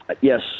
Yes